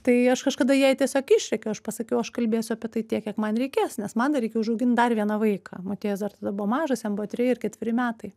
tai aš kažkada jai tiesiog išrėkiau aš pasakiau aš kalbėsiu apie tai tiek kiek man reikės nes man dar reikia užaugint dar vieną vaiką motiejus dar tada buvo mažas jam buvo treji ar ketveri metai